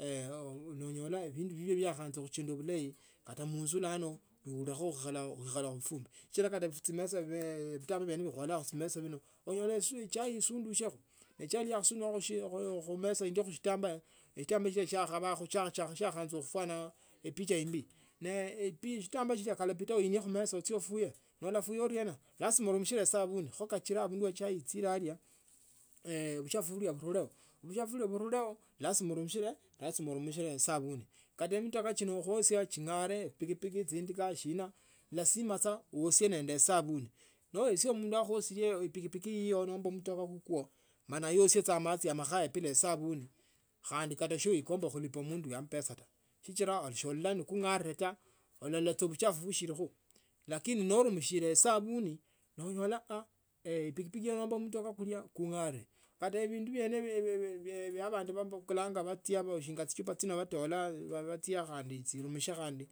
onyola bindu bibwo bikhaanza khuchenda bulayi kata munzu bulano souhlakho nechai yakhasundusiakho shiakhanzo khufuana epicha imbi shambaya uinia khumesa uchie ufuye nolafuya uriena plasima urumishile esabuni sichola abundu echai gchile buchafu bulio bunielekho lazima urumishile esabuni kata mutoka kino khuosya chigare chipikipiki chindika sina lazima saa uosye nende esabuni noesya mundu akhuasile pikipik iyo nomba mutoka kukwo ma aisye saa machi makhaya bila esabuni khaadi katasi wi kamba kulipa mundu uyo amapesa tu sichira solola nikung'are taa olala sa buchafu bushilikho lakini lakini norumishile esabuni naonyesha pikipiki iyo nomba mutoka kukwo kang'are katavindu vyene vyabandu babukulanga bachia shiaga chichupa chino batola bachia khandi banumishile.